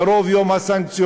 קרוב יום הסנקציות,